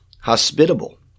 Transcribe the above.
hospitable